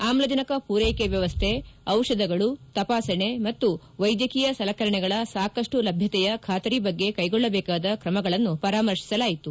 ಆಮ್ಲಜನಕ ಪೂರೈಕೆ ವ್ಯವಸ್ಥೆ ಔಷಧಗಳು ತಪಾಸಣೆ ಮತ್ತು ವೈದ್ಯಕೀಯ ಸಲಕರಣೆಗಳ ಸಾಕಮ್ಟ ಲಭ್ಯತೆಯ ಬಾತರಿ ಬಗ್ಗೆ ಕ್ಲೆಗೊಳ್ಳಬೇಕಾದ ಕ್ರಮಗಳನ್ನು ಪರಾಮರ್ತಿಸಲಾಯಿತು